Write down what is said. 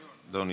הדעת,